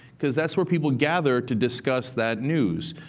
because that's where people gather to discuss that news.